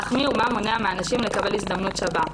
אך מי ומה מונע מן הנשים לקבל הזדמנות שווה?